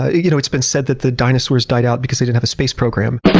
ah you know it's been said that the dinosaurs died out because they didn't have a space program.